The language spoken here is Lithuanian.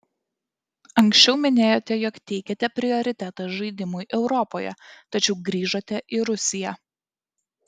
anksčiau minėjote jog teikiate prioritetą žaidimui europoje tačiau grįžote į rusiją